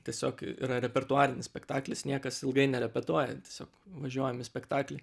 tiesiog yra repertuarinis spektaklis niekas ilgai nerepetuoja tiesiog važiuojam į spektaklį